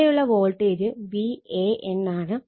ഇവിടെയുള്ള voltage Van ആണ്